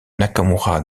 nakamura